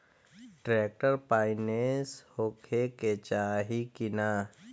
Tractor पाईनेस होखे के चाही कि ना?